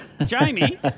Jamie